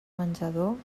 menjador